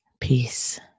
peace